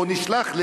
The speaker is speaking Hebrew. או שנשלח,